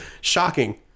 shocking